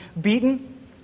beaten